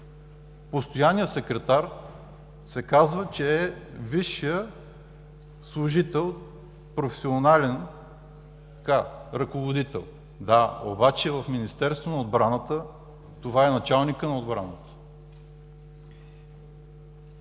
постоянният секретар е висшият служител, професионален ръководител. Да, обаче в Министерството на отбраната това е началникът на отбраната.